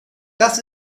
das